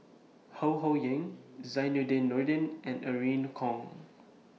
Ho Ho Ying Zainudin Nordin and Irene Khong